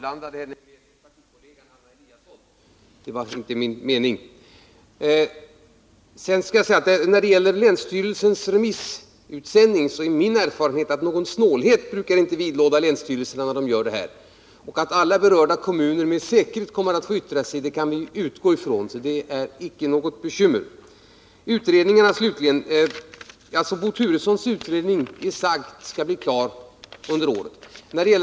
Herr talman! När det gäller länsstyrelsens remissutsändning är min erfarenhet den att någon snålhet inte brukar vidlåda länsstyrelserna i det avseendet. Att berörda kommuner alltså med säkerhet kommer att få yttra sig kan vi utgå ifrån, så det finns ingen anledning till bekymmer i det avseendet. Slutligen utredningarna. Bo Turessons utredning, är det sagt, skall bli klar under året.